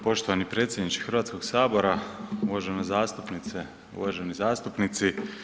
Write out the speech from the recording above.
Poštovani predsjedniče HS-a, uvažene zastupnice, uvaženi zastupnici.